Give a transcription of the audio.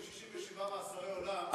יושב 67 מאסרי עולם,